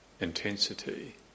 intensity